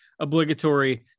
obligatory